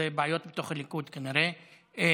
זה בעיות בתוך הליכוד, כנראה.